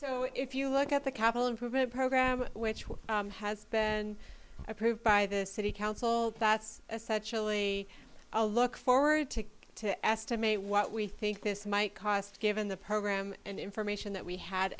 so if you look at the capital improvement program which has been approved by the city council that's such a lee i look forward to to estimate what we think this might cost given the program and information that we had